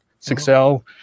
6L